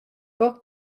book